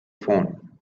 phone